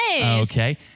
Okay